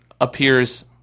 appears